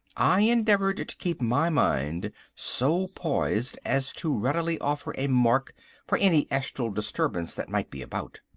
i endeavoured to keep my mind so poised as to readily offer a mark for any astral disturbance that might be about.